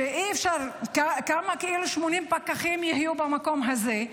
שאי-אפשר, 80 פקחים, כמה יהיו במקום הזה?